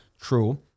True